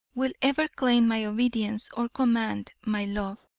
will ever claim my obedience or command my love.